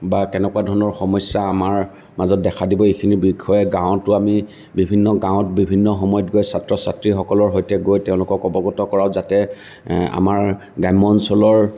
বা কেনেকুৱা ধৰণৰ সমস্যা আমাৰ মাজত দেখা দিব এইখিনিৰ বিষয়ে গাঁৱটো আমি বিভিন্ন গাঁৱত বিভিন্ন সময়ত ছাত্ৰ ছাত্ৰীসকলৰ সৈতে গৈ তেওঁলোকক অৱগত কৰাওঁ যাতে আমাৰ গ্ৰাম্য অঞ্চলৰ